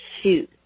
shoes